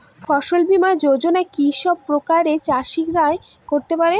ফসল বীমা যোজনা কি সব প্রকারের চাষীরাই করতে পরে?